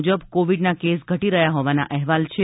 મુજબ કોવીડના કેસ ઘટી રહ્યા હોવાના અહેવાલ છે